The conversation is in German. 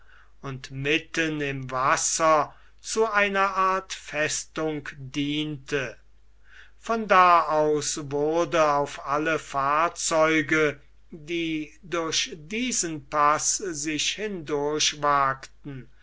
und mitten im wasser zu einer art festung diente von da aus wurde auf alle fahrzeuge die durch diesen paß sich